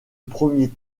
premier